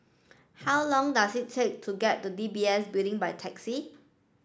how long does it take to get to D B S Building by taxi